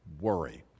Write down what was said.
worry